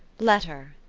letter,